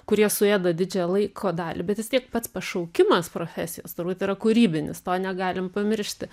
kurie suėda didžiąją laiko dalį bet vis tiek pats pašaukimas profesijos turbūt yra kūrybinis to negalim pamiršti